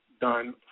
done